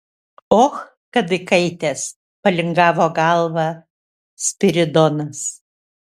och kad įkaitęs palingavo galvą spiridonas